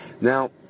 Now